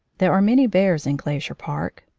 there are many bears in glacier park.